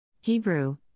Hebrew